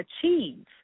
achieve